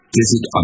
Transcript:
visit